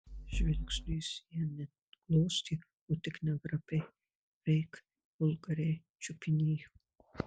žvilgsniu jis ją ne glostė o tik negrabiai veik vulgariai čiupinėjo